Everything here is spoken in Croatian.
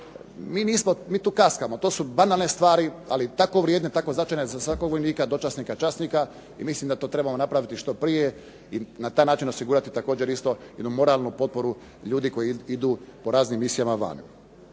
mi tu kaskamo, to su banalne stvari, ali tako vrijedne tako značajne za svakog vojnika, dočasnika, časnika i mislim da to trebamo napraviti što prije i na taj način osigurati također isto jednu moralnu potporu ljudi koji idu po raznim misijama van.